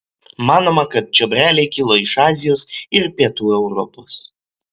manoma kad čiobreliai kilo iš azijos ir pietų europos